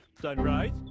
Sunrise